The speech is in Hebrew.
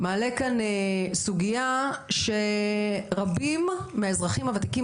הוא מעלה כאן סוגיה שרבים מן האזרחים הוותיקים